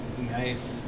Nice